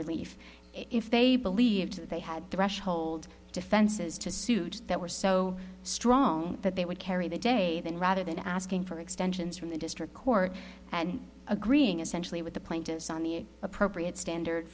relief if they believed they had threshold defenses to suit that were so strong that they would carry the day in rather than asking for extensions from the district court and agreeing essentially with the plaintiffs on the appropriate standard